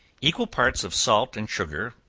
equal parts of salt and sugar,